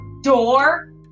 door